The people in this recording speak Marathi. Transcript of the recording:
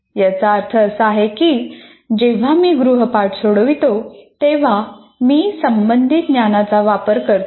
याचा अर्थ असा की जेव्हा मी गृहपाठ सोडवितो तेव्हा मी संबंधित ज्ञानाचा वापर करतो